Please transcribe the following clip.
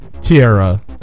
Tierra